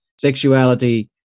sexuality